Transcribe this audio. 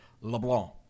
LeBlanc